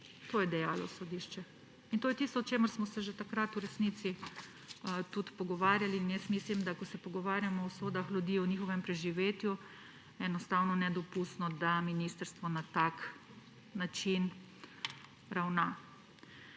To je dejalo sodišče in to je tisto, o čemer smo se že takrat v resnici tudi pogovarjali. In jaz mislim, da ko se pogovarjamo o usodah ljudi, o njihovem preživetju, je enostavno nedopustno, da ministrstvo na tak način ravna.